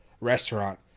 restaurant